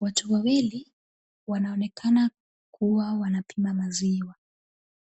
Watu wawili wanaonekana kuwa wanapima maziwa,